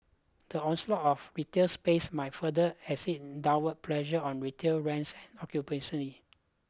the onslaught of retail space might further exert downward pressure on retail rents and occupancy